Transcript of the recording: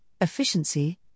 efficiency